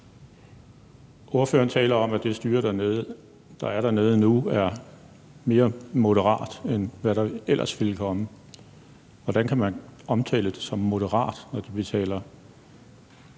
Ordføreren taler om, at det styre, der er dernede nu, er mere moderat, end hvad der ellers ville komme. Hvordan kan man omtale det som moderat, når de betaler